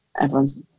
everyone's